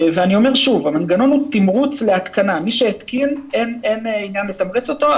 אני אומר שוב: מי שהתקין, אין עניין לתמרץ אותו.